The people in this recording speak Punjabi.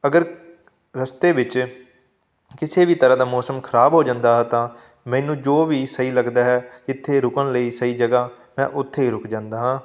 ਅਗਰ ਰਸਤੇ ਵਿੱਚ ਕਿਸੇ ਵੀ ਤਰ੍ਹਾਂ ਦਾ ਮੌਸਮ ਖਰਾਬ ਹੋ ਜਾਂਦਾ ਤਾਂ ਮੈਨੂੰ ਜੋ ਵੀ ਸਹੀ ਲੱਗਦਾ ਹੈ ਜਿੱਥੇ ਰੁਕਣ ਲਈ ਸਹੀ ਜਗ੍ਹਾ ਮੈਂ ਉੱਥੇ ਹੀ ਰੁਕ ਜਾਂਦਾ ਹਾਂ